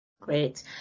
Great